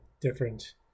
different